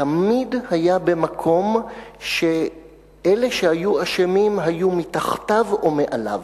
תמיד היה במקום שאלה שהיו אשמים היו מתחתיו או מעליו.